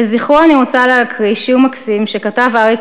לזכרו אני רוצה להקריא שיר מקסים שכתב אריק